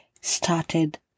started